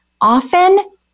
often